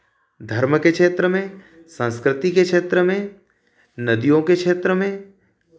धर्म के क्षेत्र में संस्कृति के क्षेत्र में नदियों के क्षेत्र में